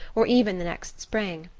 or even the next spring.